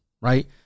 right